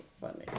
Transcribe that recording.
funny